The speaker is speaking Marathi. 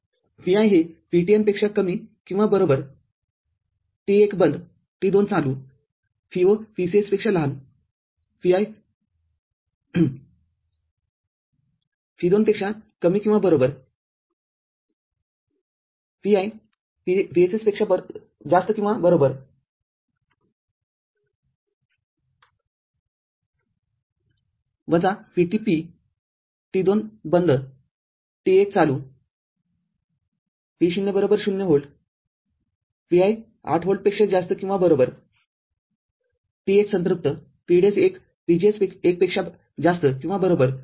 • Vi ≤ VT T १ बंद T २ चालू Vo VSS Vi ≤ २V • Vi ≥ VSS VT T २ बंद T १ चालू Vo 0V Vi ≥ ८V • T१ संतृप्त VDS१ ≥ VGS१ VT i